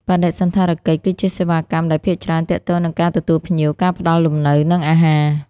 បដិសណ្ឋារកិច្ចគឺជាសេវាកម្មដែលភាគច្រើនទាក់ទងនឹងការទទួលភ្ញៀវ ការផ្តល់លំនៅ និងអាហារ។